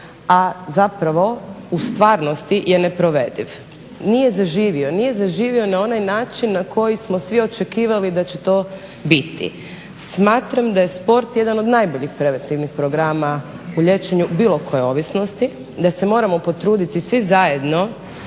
a zapravo u stvarnosti je neprovediv, nije zaživio, nije zaživio na onaj način na koji smo svi očekivali da će to biti. Smatram da je sport jedan od najboljih preventivnih programa u liječenju bilo koje ovisnosti i da se moramo potruditi svi zajedno